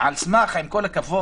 על סמך, עם כל הכבוד,